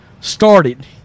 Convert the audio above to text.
started